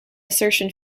assertion